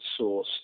sourced